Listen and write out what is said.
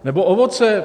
Nebo ovoce.